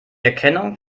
erkennung